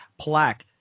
plaque